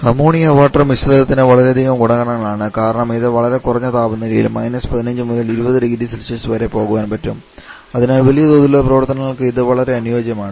ammonia water മിശ്രിതത്തിന് വളരെയധികം ഗുണങ്ങളാണ് കാരണം ഇത് വളരെ കുറഞ്ഞ താപനിലയിൽ −15 മുതൽ 200C വരെ പോകാൻ പറ്റും അതിനാൽ വലിയ തോതിലുള്ള പ്രവർത്തനങ്ങൾക്ക് ഇത് വളരെ അനുയോജ്യമാണ്